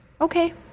Okay